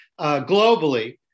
globally